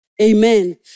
Amen